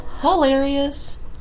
hilarious